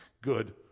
good